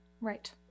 Right